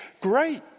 great